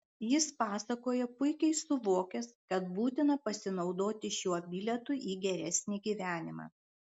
jis pasakoja puikiai suvokęs kad būtina pasinaudoti šiuo bilietu į geresnį gyvenimą